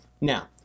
Now